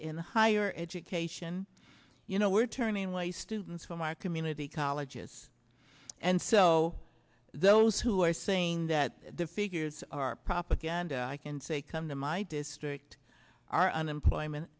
in higher education you know we're turning away students from our community colleges and so those who are saying that the figures are propaganda i can say come to my district our unemployment